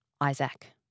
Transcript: Isaac